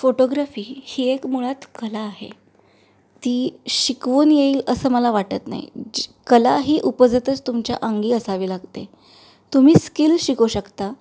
photography ही एक मुळात कला आहे ती शिकवून येईल असं मला वाटत नाही ज कला ही उपजतच तुमच्या अंगी असावी लागते तुम्ही स्किल शिकू शकता